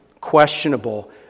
questionable